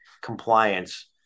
compliance